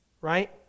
right